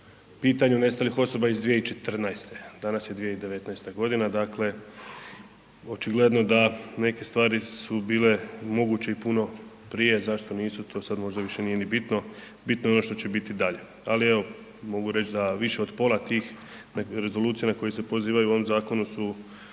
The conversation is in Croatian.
pitanju nestalih osoba iz 2014., a danas je 2019. godina dakle očigledno da neke stvari su bile moguće i puno prije. Zašto nisu, to sad možda više nije ni bitno, bitno je ono što će biti dalje. Ali evo mogu reći da više od pola od tih rezolucija na koje se pozivaju u ovom zakonu su